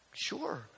Sure